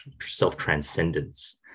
self-transcendence